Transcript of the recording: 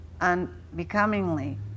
unbecomingly